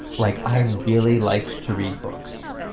like i really liked to read books.